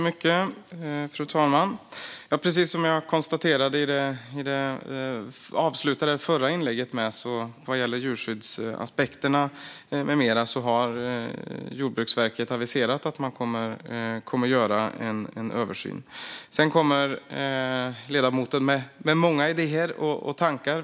Fru talman! Precis som jag konstaterade i slutet av mitt förra inlägg vad gäller djurskyddsaspekterna med mera har Jordbruksverket aviserat att man kommer att göra en översyn. Ledamoten kommer med många idéer och tankar.